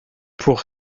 pour